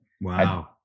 wow